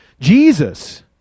Jesus